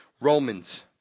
Romans